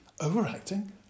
Overacting